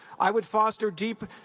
i would foster deep